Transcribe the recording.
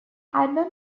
album